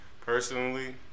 personally